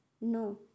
No